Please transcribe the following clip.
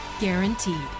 guaranteed